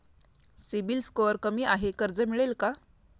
CIBIL score कमी आहे कर्ज मिळेल का?